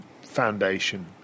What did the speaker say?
foundation